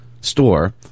store